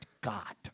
God